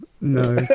No